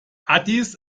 addis